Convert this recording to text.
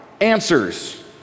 answers